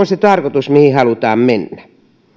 se tarkoitus mihin halutaan mennä